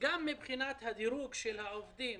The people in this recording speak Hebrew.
גם מבחינת הדירוג של העובדים,